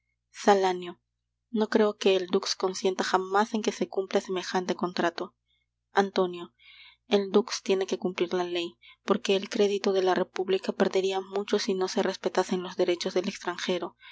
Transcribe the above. salanio no creo que el dux consienta jamas en que se cumpla semejante contrato antonio el dux tiene que cumplir la ley porque el crédito de la república perderia mucho si no se respetasen los derechos del extranjero